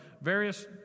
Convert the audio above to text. various